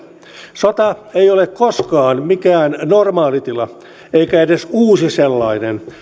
sota ei ole koskaan mikään normaalitila eikä edes uusi sellainen